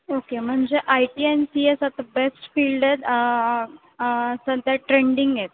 okay म्हणजे I T and C S आता best field आहेत सध्या ट्रेंडिंग आहेत